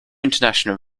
international